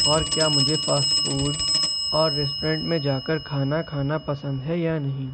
اور کیا مجھے فاسٹ فوڈ اور ریسٹورنٹ میں جا کر کھانا کھانا پسند ہے یا نہیں